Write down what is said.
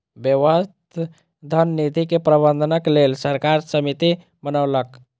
स्वायत्त धन निधि के प्रबंधनक लेल सरकार समिति बनौलक